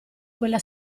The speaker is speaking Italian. quella